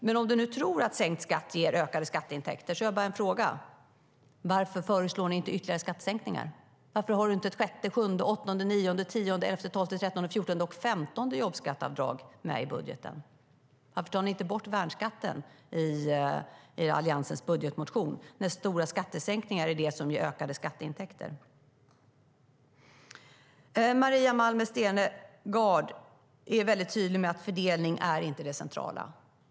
Men om ni nu tror att sänkt skatt ger ökade skatteintäkter har jag en fråga: Varför föreslår ni inte ytterligare skattesänkningar? Varför föreslår ni inte ett sjätte, sjunde, åttonde, nionde, tionde, elfte, tolfte, trettonde, fjortonde eller femtonde jobbskatteavdrag i er budget? Och varför tar ni inte bort värnskatten, om nu stora skattesänkningar ger ökade skatteintäkter? Maria Malmer Stenergard är tydlig med att fördelning inte är det centrala.